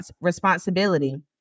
responsibility